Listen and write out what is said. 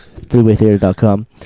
threewaytheater.com